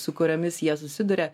su kuriomis jie susiduria